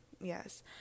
yes